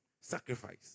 sacrifice